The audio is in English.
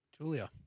Julia